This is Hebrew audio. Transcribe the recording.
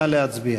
נא להצביע.